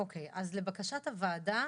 לבקשת הוועדה,